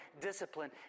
discipline